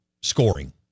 Scoring